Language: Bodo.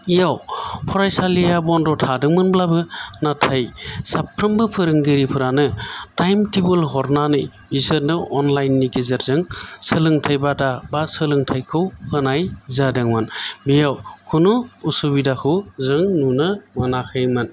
याव फरायसालिया बन्द' थादोंमोनब्लाबो नाथाय साफ्रोमबो फोरोंगिरिफोरोनो टाइम टेबोल हरनानै इसोरनो अनलाइन नि गेजेरजों सोलोंथाइ बादा बा सोलोंथाइखौ होनाय जादोंमोन बियाव खुनु उसुबिदाखौ जों नुनो मोनाखैमोन